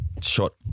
short